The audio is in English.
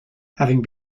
having